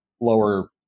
lower